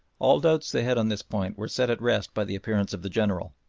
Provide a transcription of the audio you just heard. all doubts they had on this point were set at rest by the appearance of the general.